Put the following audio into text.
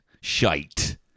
shite